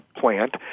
plant